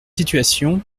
situation